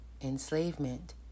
enslavement